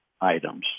items